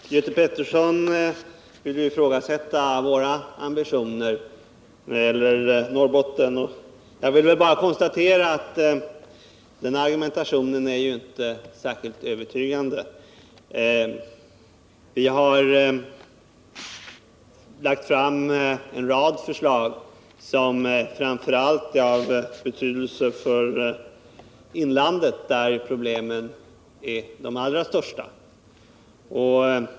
Herr talman! Göte Pettersson vill ifrågasätta våra ambitioner när det gäller Norrbotten. Jag vill bara konstatera att hans argumentation inte är särskilt övertygande. Vi har lagt fram en rad förslag, vilka framför allt är av betydelse för inlandet, där problemen är de allra största.